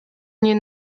nie